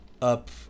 up